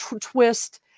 Twist